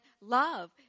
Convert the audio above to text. love